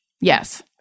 yes